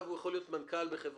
הוא יכול להיות מנכ"ל בחברה